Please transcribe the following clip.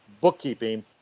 bookkeeping